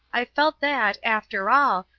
i felt that, after all,